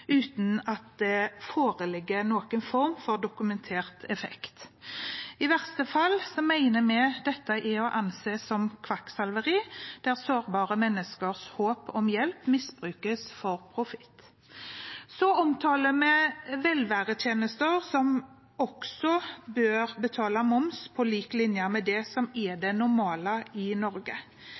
uten at det foreligger noen form for dokumentert effekt. I verste fall mener vi dette er å anse som kvakksalveri, der sårbare menneskers håp om hjelp misbrukes for profitt. Så omtaler vi velværetjenester som også bør betale moms på lik linje med det som er det normale i Norge.